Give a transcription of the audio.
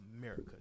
America